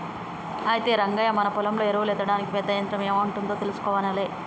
అయితే రంగయ్య మన పొలంలో ఎరువులు ఎత్తడానికి పెద్ద యంత్రం ఎం ఉంటాదో తెలుసుకొనాలే